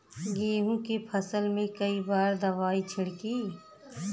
गेहूँ के फसल मे कई बार दवाई छिड़की?